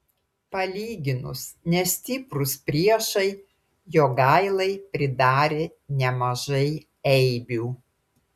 palyginus nestiprūs priešai jogailai pridarė nemažai eibių